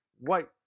white